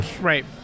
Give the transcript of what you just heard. Right